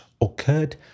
occurred